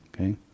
Okay